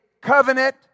covenant